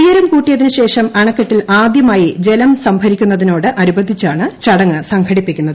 ഉയരം കൂട്ടിയശേഷം അണക്കെട്ടിൽ ആദ്യമായി ജലം സംഭരിക്കുന്നതിനോട് അനുബന്ധിച്ചാണ് ചടങ്ങ് സംഘടിപ്പിക്കുന്നത്